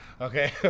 okay